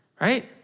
right